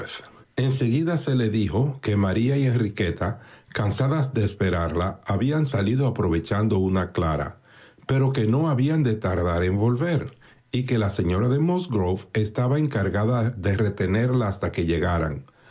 en seguida se le dijo que maría y enriqueta cansadas de esperarla habían salido aprovechando una clara pero que no habían de tardar en volver y que la señora de musgrove estaba encargada de retenerla hasta que llegaran